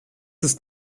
ist